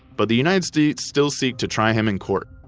but the united states still seek to try him in court.